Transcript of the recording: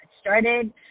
started